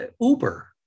Uber